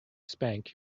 spank